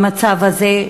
במצב הזה,